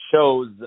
shows